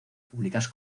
públicas